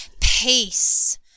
peace